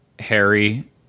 Harry